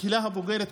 הקהילה הבוגרת,